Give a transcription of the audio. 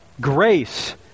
grace